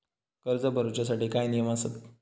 कर्ज भरूच्या साठी काय नियम आसत?